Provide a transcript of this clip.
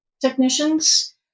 technicians